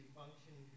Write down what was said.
function